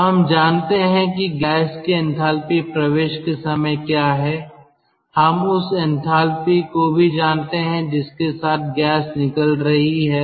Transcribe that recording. तो हम जानते हैं कि गैस की एंथैल्पी प्रवेश के समय क्या है हम उस एंथैल्पी को भी जानते हैं जिसके साथ गैस निकल रही है